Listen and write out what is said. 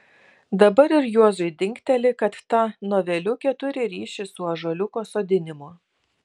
dabar ir juozui dingteli kad ta noveliukė turi ryšį su ąžuoliuko sodinimu